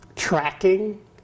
tracking